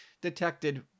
detected